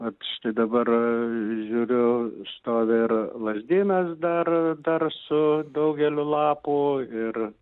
vat štai dabar žiūriu stovi ir lazdynas dar dar su daugeliu lapų ir